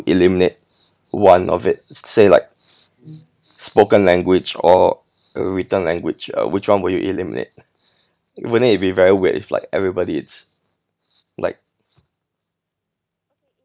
eliminate one of it say like spoken language or a written language uh which one would you eliminate wouldn't it be very weird if like everybody it's like